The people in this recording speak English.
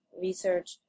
research